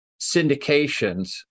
syndications